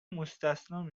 مستثنی